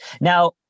Now